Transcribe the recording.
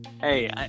Hey